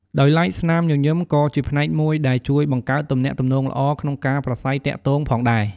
ដោយឡែក ស្នាមញញឹមក៏ជាផ្នែកមួយដែលជួយបង្កើតទំនាក់ទំនងល្អក្នុងការប្រាស្រ័យទាក់ទងផងដែរ។